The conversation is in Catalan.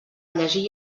llegir